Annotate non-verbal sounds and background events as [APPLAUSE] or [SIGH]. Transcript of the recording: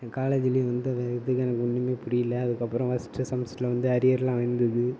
என் காலேஜிலேயும் வந்து [UNINTELLIGIBLE] எனக்கு ஒண்ணுமே புரியல அதுக்கப்புறம் ஃபர்ஸ்ட் செமஸ்டரில் வந்து அரியர்லாம் விழுந்தது